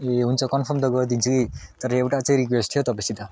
ए हुन्छ कन्फर्म त गरिदिन्छु कि तर एउटा चाहिँ रिक्वेस्ट थियो हौ तपाईँसित